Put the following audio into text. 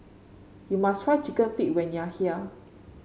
you must try chicken feet when you are here